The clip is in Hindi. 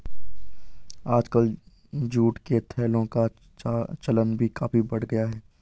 आजकल जूट के थैलों का चलन भी काफी बढ़ गया है